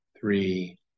three